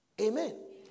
Amen